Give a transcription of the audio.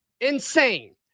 Insane